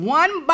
one